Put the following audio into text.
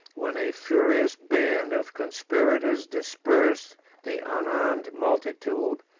when a furious band of conspirators dispersed the unarmed multitude,